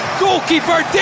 goalkeeper